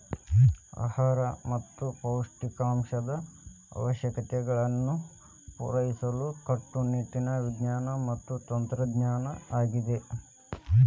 ಆಹಾರ ಮತ್ತ ಪೌಷ್ಟಿಕಾಂಶದ ಅವಶ್ಯಕತೆಗಳನ್ನು ಪೂರೈಸಲು ಕಟ್ಟುನಿಟ್ಟಿನ ವಿಜ್ಞಾನ ಮತ್ತ ತಂತ್ರಜ್ಞಾನ ಆಗಿದೆ